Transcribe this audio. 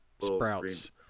sprouts